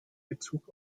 bezug